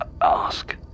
ask